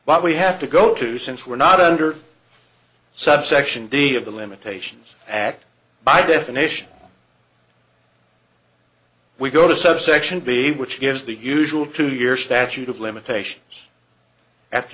what we have to go to since we're not under subsection d of the limitations act by definition we go to subsection b which gives the usual two year statute of limitations